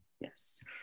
Yes